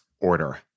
order